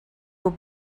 will